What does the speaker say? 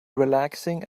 relaxing